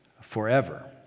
forever